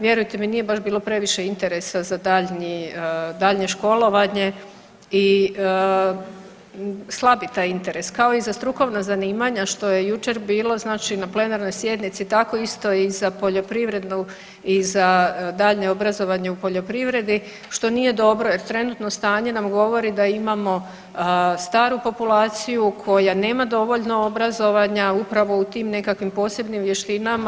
Vjerujte mi, nije baš bilo previše interesa za daljnje školovanje i slabi taj interes kao i za strukovna zanimanja što je jučer bilo, znači na plenarnoj sjednici tako isto i za poljoprivredu i daljnje obrazovanje u poljoprivredi što nije dobro, jer trenutno stanje nam govori da imamo staru populaciju koja nema dovoljno obrazovanja upravo u tim nekakvim posebnim vještinama.